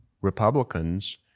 Republicans